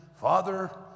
Father